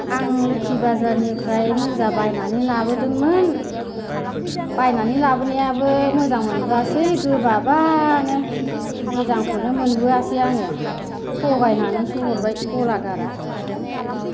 आं लोखि बाजारनिफ्राय मुजा बायनानै लाबोदोंमोन बायनानै लाबोनायाबो मोजां मोनबोआसै गोबाबानो मोजांखौनो मोनबोआसै आङो थगायनानैसो हरबाय गलादारा